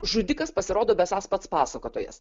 žudikas pasirodo besąs pats pasakotojas